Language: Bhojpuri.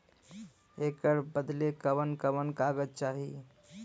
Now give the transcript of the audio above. ऐकर बदे कवन कवन कागज चाही?